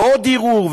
ועוד ערעור,